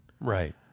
Right